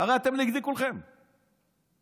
הרי כולכם נגדי,